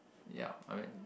ya I mean